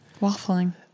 waffling